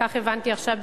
כך הבנתי עכשיו,